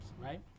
right